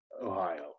ohio